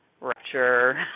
rapture